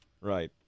Right